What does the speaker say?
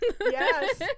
Yes